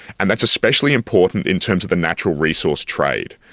and that's especially important in terms of the natural resource trade,